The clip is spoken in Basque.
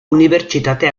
unibertsitate